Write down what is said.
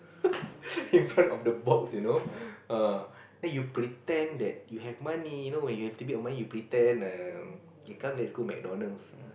in front of the box you know err then you pretend that you have money you know when you have a little bit of money you pretend um you come and go McDonalds